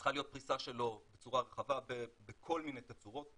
שצריכה להיות פריסה שלו בצורה רחבה בכל מיני תצורות.